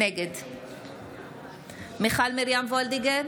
נגד מיכל מרים וולדיגר,